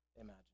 imagine